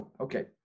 Okay